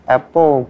Apple